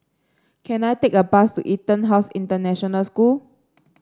can I take a bus to EtonHouse International School